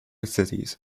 cities